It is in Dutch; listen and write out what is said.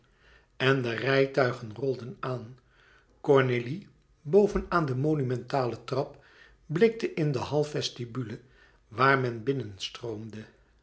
en de rijtuigen rolden aan cornélie boven aan de monumentale trap blikte in de hall vestibule waar men